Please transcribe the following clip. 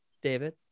david